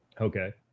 Okay